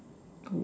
oh